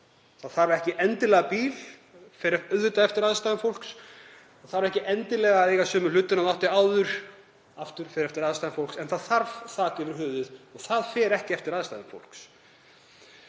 Það þarf ekki endilega bíl, það fer auðvitað eftir aðstæðum fólks, það þarf ekki endilega að eiga sömu hlutina og það átti áður, aftur fer það eftir aðstæðum fólks, en það þarf þak yfir höfuðið og það fer ekki eftir aðstæðum fólks.